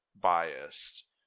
biased